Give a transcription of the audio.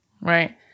right